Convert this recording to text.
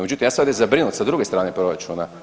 Međutim, ja sam sad zabrinut sa druge strane proračuna.